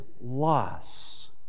loss